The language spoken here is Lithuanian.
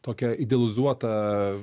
tokią idealizuotą